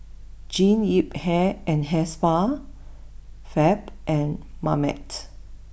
Jean Yip Hair and Hair Spa Fab and Marmite